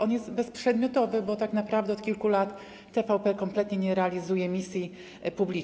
On jest bezprzedmiotowy, bo tak naprawdę od kilku lat TVP kompletnie nie realizuje misji publicznej.